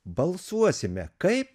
balsuosime kaip